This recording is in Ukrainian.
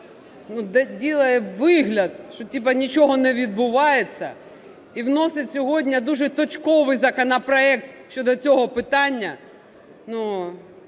робить вигляд, що типа нічого не відбувається, і вносить сьогодні дуже точковий законопроект щодо цього питання